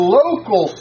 local